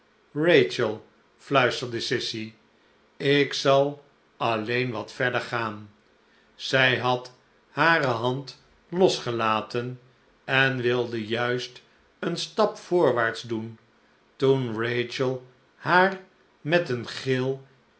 rachel fluisterde sissy ik zal alleen wat verder gaan zij had hare hand losgelaten en wilde juist een stap voorwaarts doen toen rachel haar met een gil